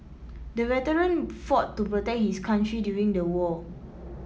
the veteran fought to protect his country during the war